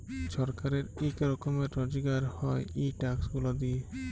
ছরকারের ইক রকমের রজগার হ্যয় ই ট্যাক্স গুলা দিঁয়ে